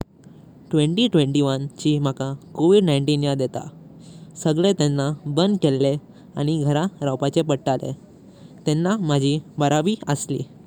विस वीस एक चे माका कोवीड-उन्नीस याद येता। सांगे तेन्ना बांद केले आनि घरांत रवचे पडतले। तेन्ना माझी बारावी असली।